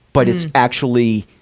but it's actually,